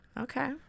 Okay